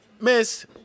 Miss